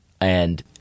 and-